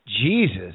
Jesus